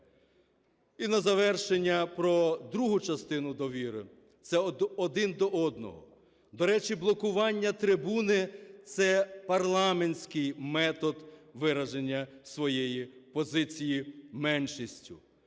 І на завершення про другу частину довіри. Це один до одного. До речі, блокування трибуни – це парламентський метод вираження своєї позиції меншістю.